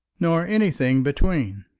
nor anything between.